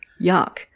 yuck